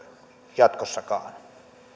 jatkossakaan